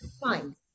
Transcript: Fine